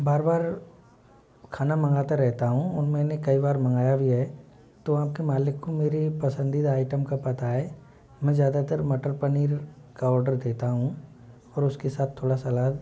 बार बार खाना मांगता रहता हूँ और मैंने कई बार मंगाया भी है तो आपके मलिक को मेरी पसंदीदा आइटम का पता है मैं ज़्यादातर मटर पनीर का ऑर्डर देता हूँ और उसके साथ थोड़ा सलाद